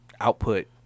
output